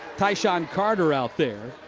tysean carter out there.